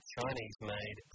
Chinese-made